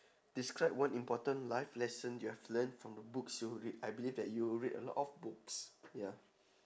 describe one important life lesson you have learned from the books you read I believe that you read a lot of books ya